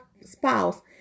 spouse